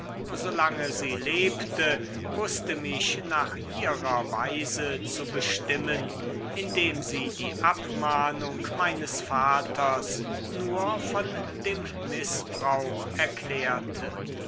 solange sie lebte wußte mich nach ihrer weise zu bestimmen indem sie die abmahnung meines vaters nur von dem mißbrauch erklärte